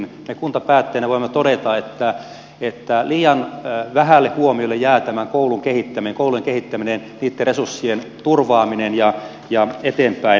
me kuntapäättäjinä voimme todeta että liian vähälle huomiolle jää tämä koulujen kehittäminen niitten resurssien turvaaminen ja eteenpäin meno